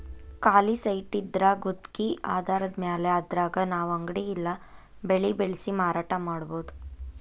ಖಾಲಿ ಸೈಟಿದ್ರಾ ಗುತ್ಗಿ ಆಧಾರದ್ಮ್ಯಾಲೆ ಅದ್ರಾಗ್ ನಾವು ಅಂಗಡಿ ಇಲ್ಲಾ ಬೆಳೆ ಬೆಳ್ಸಿ ಮಾರಾಟಾ ಮಾಡ್ಬೊದು